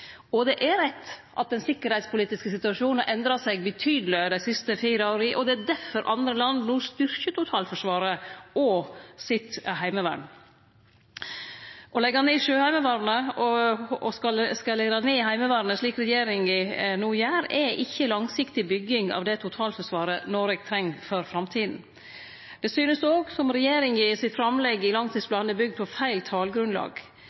Og det er rett at den sikkerheitspolitiske situasjonen har endra seg betydeleg dei siste fire åra, og det er difor andre land no styrkjer totalforsvaret og heimevernet sitt. Å leggje ned Sjøheimevernet og skalere ned Heimevernet, slik regjeringa no gjer, er ikkje langsiktig bygging av det totalforsvaret Noreg treng for framtida. Det synest òg som regjeringa sitt framlegg i langtidsplanen er bygd på feil talgrunnlag.